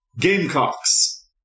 Gamecocks